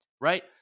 Right